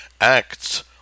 Acts